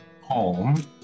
home